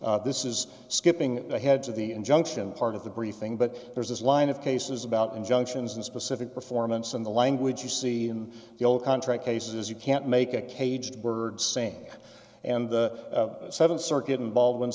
parties this is skipping ahead to the injunction part of the briefing but there's this line of cases about injunctions and specific performance in the language you see in the old contract cases you can't make a caged bird same and the seven circuit involved when